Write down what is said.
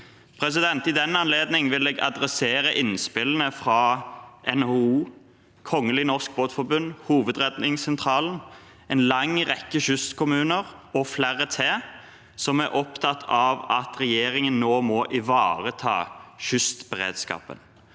og unntak. I den anledning vil jeg ta opp innspillene fra NHO, Kongelig Norsk Båtforbund, Hovedredningssentralen, en lang rekke kystkommuner og flere som er opptatt av at regjeringen nå må ivareta kystberedskapen.